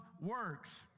works